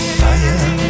fire